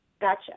gotcha